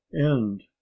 end